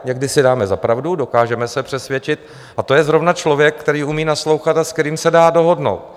Někdy si dáme za pravdu, dokážeme se přesvědčit, a to je zrovna člověk, který umí naslouchat a s kterým se dá dohodnout.